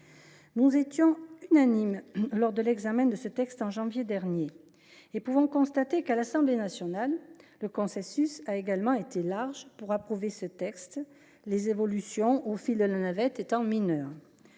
Nous étions unanimes lors de l’examen de ce texte, en janvier dernier, et nous pouvons constater qu’à l’Assemblée nationale le consensus a également été large pour l’approuver, les évolutions intervenues à l’occasion de la navette étant mineures.